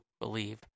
believe